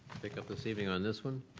pick up this evening on this one?